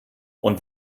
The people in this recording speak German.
und